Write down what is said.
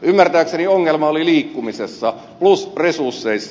ymmärtääkseni ongelma oli liikkumisessa plus resursseissa